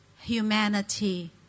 Humanity